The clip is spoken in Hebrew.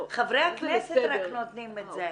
רק חברי הכנסת נותנים את זה,